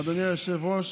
אדוני היושב-ראש,